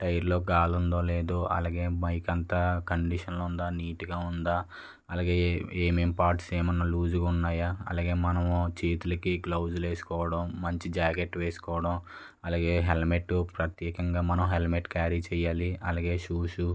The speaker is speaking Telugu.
టైరులో గాలి ఉందో లేదో అలాగే బైక్ అంతా కండిషన్లో ఉందా నీటుగా ఉందా అలాగే ఏమి ఏం పార్ట్స్ ఏమి అన్నా లూజుగా ఉన్నాయా అలాగే మనం చేతులకి గ్లవ్స్లు వేసుకోవడం మంచి జాకెట్ వేసుకోవడం అలాగే హెల్మెట్ ప్రత్యేకముగా మనం హెల్మెట్ క్యారీ చేయాలి అలాగే షూస్